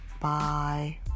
bye